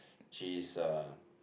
cheese uh